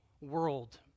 world